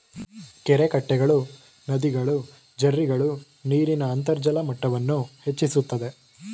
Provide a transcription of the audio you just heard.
ಕೆರೆಕಟ್ಟೆಗಳು, ನದಿಗಳು, ಜೆರ್ರಿಗಳು ನೀರಿನ ಅಂತರ್ಜಲ ಮಟ್ಟವನ್ನು ಹೆಚ್ಚಿಸುತ್ತದೆ